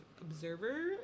observer